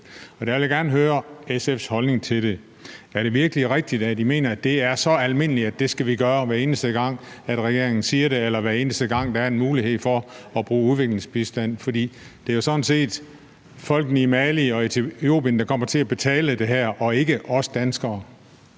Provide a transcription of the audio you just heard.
Og der vil jeg gerne høre SF's holdning til det. Er det virkelig rigtigt, at I mener, at det er så almindeligt, at vi skal gøre det, hver eneste gang regeringen siger det, eller hver eneste gang der er en mulighed for at bruge udviklingsbistand? For det er jo sådan set folk i Mali og Etiopien, der kommer til betale det her, og ikke os danskere.